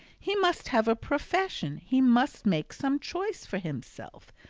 he must have a profession he must make some choice for himself.